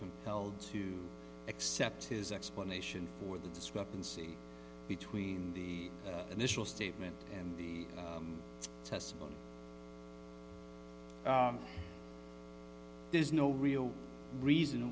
held to accept his explanation for the discrepancy between the initial statement and the testimony there's no real reason